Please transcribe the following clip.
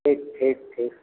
ठीक ठीक ठीक